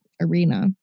arena